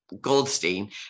Goldstein